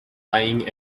laying